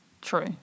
True